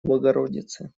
богородицы